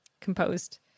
composed